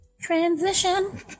Transition